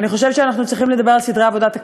אני חושבת שאנחנו צריכים לדבר על סדרי עבודת הכנסת,